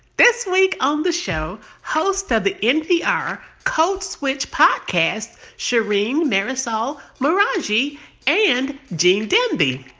this week on the show, hosts of the npr code switch podcast, shereen marisol meraji and gene demby.